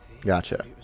Gotcha